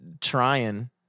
trying